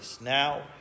now